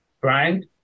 Brian